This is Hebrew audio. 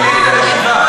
הוא ניהל את הישיבה.